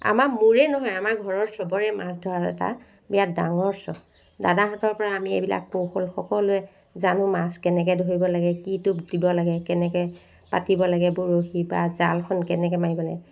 আমাৰ মোৰে নহয় আমাৰ ঘৰৰ চবৰে মাছ ধৰাত এটা বিৰাট ডাঙৰ চখ দাদাহঁতৰ পৰা আমি এইবিলাক কৌশল সকলোৱে জানো মাছ কেনেকৈ ধৰিব লাগে কি টোপ দিব লাগে কেনেকৈ পাতিব লাগে বৰশী বা জালখন কেনেকৈ মাৰিব লাগে